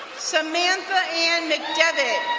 samantha m. mcdevitt,